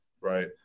right